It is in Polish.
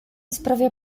sprawia